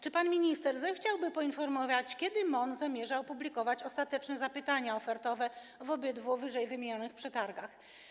Czy pan minister zechciałby nas poinformować, kiedy MON zamierza opublikować ostateczne zapytania ofertowe w obydwu ww. przetargach?